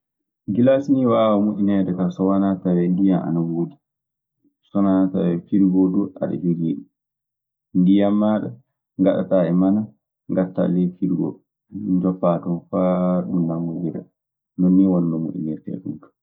Gilaasi ni waawa moƴƴineede kaa so wanaa tawee ndiyan ana woodi, so wanaa tawee firigoo duu aɗe jogii ɗun. Ndiyan maaɗa, ngaɗataa e mana, ngatta e ley firigoo too, njoppaa ton faa ɗun nanngondira. Noon nii woni no ɗun moƴƴinirtee ɗun kaa.